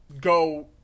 go